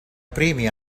primi